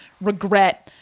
regret